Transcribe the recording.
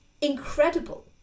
incredible